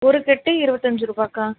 ஒரு கட்டு இருவத்தஞ்சு ரூபாய்க்கா